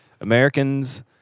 Americans